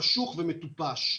חשוך ומטופש.